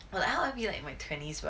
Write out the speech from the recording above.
well I'll be like my twenties but